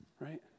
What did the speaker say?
Right